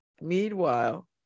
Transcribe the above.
Meanwhile